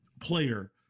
Player